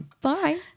Bye